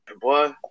boy